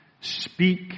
speak